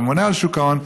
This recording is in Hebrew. שממונה על שוק ההון,